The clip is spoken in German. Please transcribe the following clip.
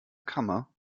kammer